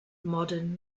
modern